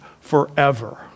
forever